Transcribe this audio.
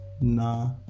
nah